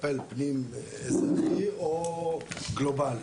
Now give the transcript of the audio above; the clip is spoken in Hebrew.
לטפל פנים-אזרחי או גלובלי.